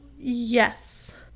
Yes